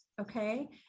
Okay